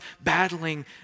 battling